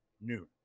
noon